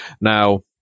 Now